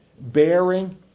Bearing